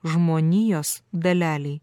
žmonijos dalelei